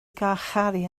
garcharu